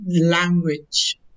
language